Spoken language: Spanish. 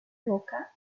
roca